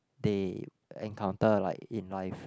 they encounter like in life